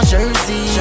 Jersey